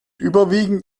überwiegend